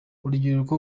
urubyiruko